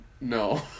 No